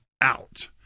out